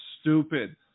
stupid